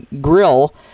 grill